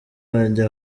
wanjye